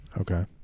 Okay